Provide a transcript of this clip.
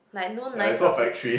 like no nice office